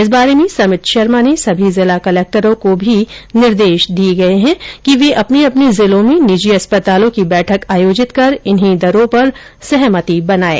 इस बारे में समित शर्मा ने सभी जिला कलेक्टरों को भी निर्देश दिये गये है कि वे अपने अपने जिलों में निजी अस्पतालों की बैठक आयोजित कर इन्हीं दरों पर सहमति बनाये